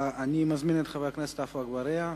אני מזמין את חבר הכנסת עפו אגבאריה.